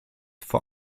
vor